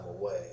away